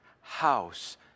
house